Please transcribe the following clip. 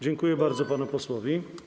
Dziękuję bardzo panu posłowi.